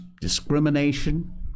discrimination